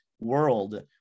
world